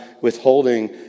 withholding